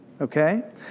okay